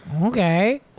Okay